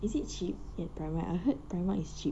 is it cheap in primark I heard primark is cheap